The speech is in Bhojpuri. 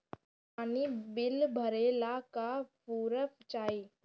पानी बिल भरे ला का पुर्फ चाई?